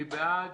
מי בעד?